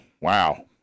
Wow